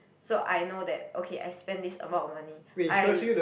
so I know that okay I spend this amount of money I